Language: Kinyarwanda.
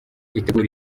itegura